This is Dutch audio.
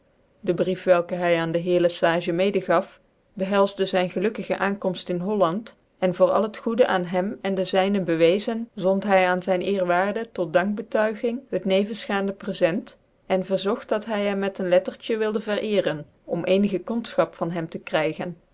de brief welke hy aan de heer le sage mede gaf behelsde zyn gelukkige aankomst in holland cn voor al hctgocdc aan hem cn dc zync bewezen zond hy aan zyn ed tot dankbetuiging het nevensgaande prefent cn verzogt dat hy hem met een lettertje wilde verecren om ccnigc kondfehap van hem tc verkrygen